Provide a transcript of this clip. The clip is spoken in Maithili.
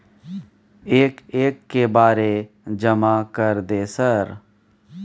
एक एक के बारे जमा कर दे सर?